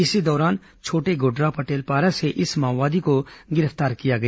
इसी दौरान छोटेगुडरा पटेलपारा से इस माओवादी को गिरफ्तार किया गया